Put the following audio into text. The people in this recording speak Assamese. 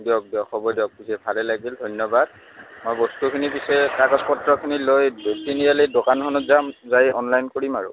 দিয়ক দিয়ক হ'ব দিয়ক বুজছে ভালে লাগিল ধন্যবাদ মই বস্তুখিনি পিছে কাগজ পত্ৰখিনি লৈ তিনিআলি দোকানখনত যাম যাই অনলাইন কৰিম আৰু